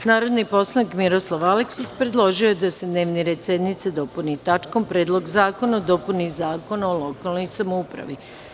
Narodni poslanik Miroslav Aleksić predložio je da se dnevni red sednice dopuni tačkom Predlog zakona o dopuni zakona o lokalnoj samoupravi.